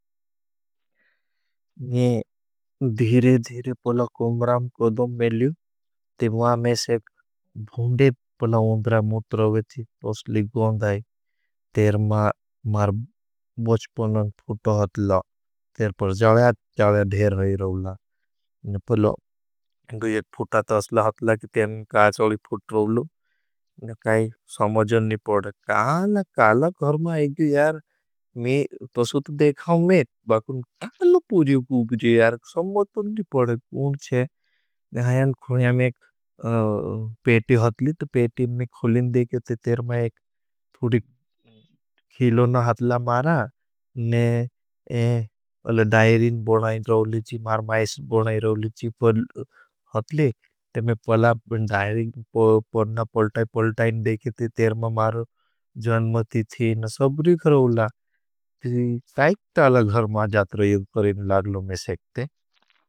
मैं दिरे दिरे पहला कोमराम कदम मेल्यू, ते मां मेशे भून्डे पहला उंद्रा मुत्रा वेथी, तोसली गौंद आई। तेर मां मार बोचपुनन फुटो हतला, तेर पहला जड़या जड़या धेर रही रहूला, ने पहलो दुज़ेट फुटा तोसला हतला। के तेरन काच तोसली फुट रहूला, ने काई समझन नी पड़ा, काला काला घ़रमा आईग्यू यार। में तोसल तो देखाओ में, बाकून काला पूर्यो गूब्रियो यार, समझन नी पड़ा, कूण छे, ने हायान खुणया में एक पेटी हतली। तो पेटी में खुलें देखे थे, ते में पड़ा, पर्णा, पौल्टा, पौल्टा इन देखे थे। तेर मारो जनमती थीन, सबरी खरौला, तो जी, काई काला घ़रमा जात रही हो, करीन, लागलो में सेखते।